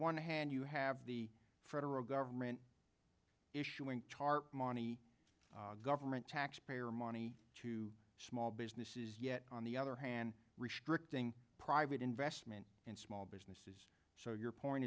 one hand you have the federal government issuing tarp money government taxpayer money to small businesses yet on the other hand restricting private investment and small businesses so your point